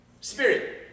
Spirit